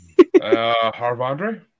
Harvandre